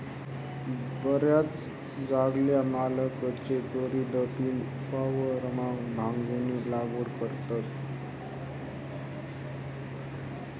बराच जागल्या मालकले चोरीदपीन वावरमा भांगनी लागवड करतस